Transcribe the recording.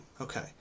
Okay